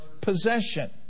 possession